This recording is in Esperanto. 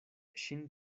ŝin